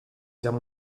guerre